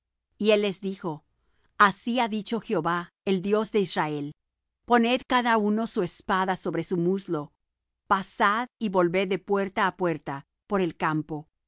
y él les dijo así ha dicho jehová el dios de israel poned cada uno su espada sobre su muslo pasad y volved de puerta á puerta por el campo